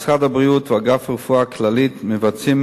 1. משרד הבריאות ואגף רפואה כללית מבצעים